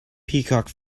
peacock